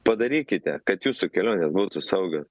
padarykite kad jūsų kelionės būtų saugios